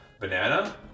banana